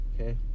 Okay